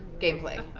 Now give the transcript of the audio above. gameplay.